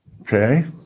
Okay